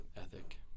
ethic